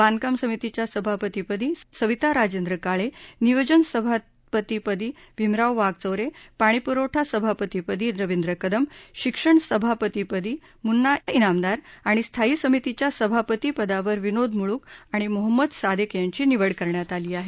बांधकाम समितीच्या सभापतीपदी सविता राजेंद्र काळे नियोजन सभापतीपदी भीमराव वाघचौरे पाणी पुरवठा सभापतीपदी रविद्र कदम शिक्षण सभापतीपदी मुन्ना त्रामदार आणि स्थायी समितीच्या सभापती पदावर विनोद मुळ्क आणि मोहम्मद सादेक यांची निवड करण्यात आली आहे